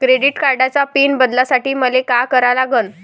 Credit कार्डाचा PIN बदलासाठी मले का करा लागन?